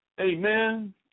Amen